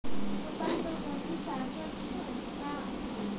একশো কুইন্টাল ধান আনলোড করতে শ্রমিকের মজুরি বাবদ কত টাকা খরচ হয়?